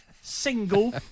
single